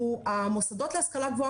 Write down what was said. המוסדות להשכלה גבוהה,